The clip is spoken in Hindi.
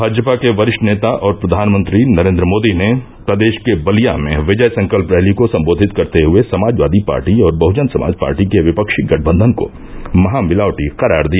भाजपा के वरिष्ठ नेता और प्रधानमंत्री नरेन्द्र मोदी ने प्रदेश के बलिया में विजय संकल्प रैली को संबोधित करते हुए समाजवादी पार्टी और बहुजन समाज पार्टी के विपक्षी गठबंधन को महामिलावटी करार दिया